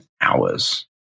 hours